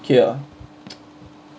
okay ah